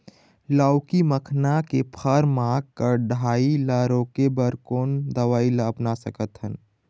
लाउकी मखना के फर मा कढ़ाई ला रोके बर कोन दवई ला अपना सकथन?